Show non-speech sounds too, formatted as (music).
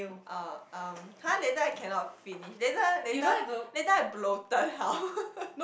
uh um !huh! later I cannot finish later later later I bloated how (laughs)